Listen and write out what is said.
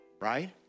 Right